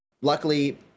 luckily